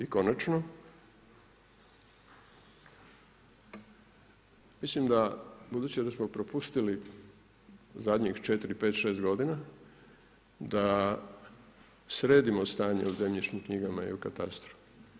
I konačno, mislim da budući da smo propustili zadnjih 4, 5, 6 g. da sredimo stanje u zemljišnim knjigama i katastru.